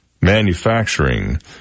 manufacturing